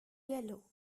yellow